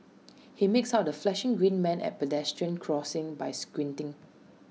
he makes out the flashing green man at pedestrian crossings by squinting